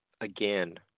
again